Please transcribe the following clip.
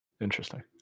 Interesting